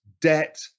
debt